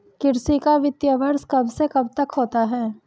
कृषि का वित्तीय वर्ष कब से कब तक होता है?